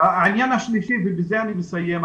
ובזה אני מסיים.